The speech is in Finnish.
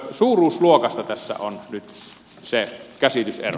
suuruusluokasta tässä on nyt se käsitysero